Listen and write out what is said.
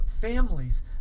families